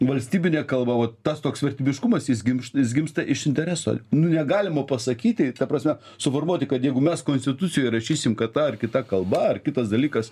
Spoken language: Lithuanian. valstybinė kalba vat tas toks vertybiškumas jis gimšt jis gimsta iš intereso nu negalima pasakyti ta prasme suformuoti kad jeigu mes konstitucijoj įrašysim kad ta ar kita kalba ar kitas dalykas